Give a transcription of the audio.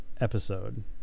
episode